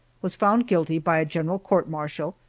was found guilty by a general court-martial,